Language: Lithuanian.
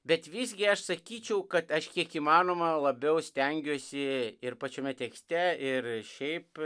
bet visgi aš sakyčiau kad aš kiek įmanoma labiau stengiuosi ir pačiame tekste ir šiaip